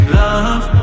love